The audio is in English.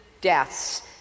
deaths